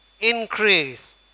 increase